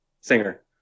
singer